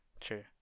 True